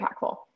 impactful